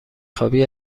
خوابی